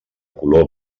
color